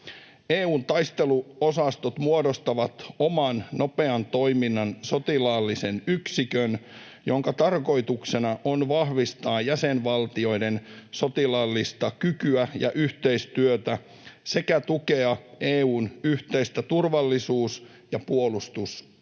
EU:n taisteluosastot muodostavat oman nopean toiminnan sotilaallisen yksikön, jonka tarkoituksena on vahvistaa jäsenvaltioiden sotilaallista kykyä ja yhteistyötä sekä tukea EU:n yhteistä turvallisuus- ja puolustuspolitiikkaa.